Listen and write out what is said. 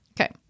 Okay